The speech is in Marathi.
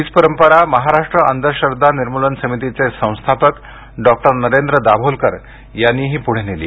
हीच परंपरा महाराष्ट्र अंधश्रद्धा निर्मूलन समितीचे संस्थापक डॉक्टर नरेंद्र दाभोलकर यांनी पुढे नेली